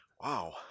Wow